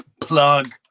Plug